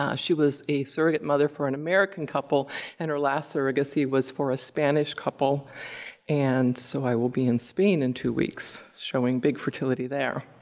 ah she was a surrogate mother for an american couple and her last surrogacy was for a spanish couple and so i will be in spain in two weeks, showing big fertility there.